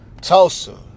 Tulsa